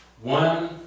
one